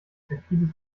perfides